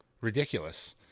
ridiculous